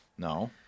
No